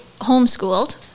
homeschooled